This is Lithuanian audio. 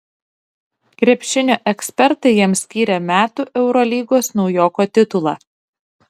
krepšinio ekspertai jam skyrė metų eurolygos naujoko titulą